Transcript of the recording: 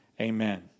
Amen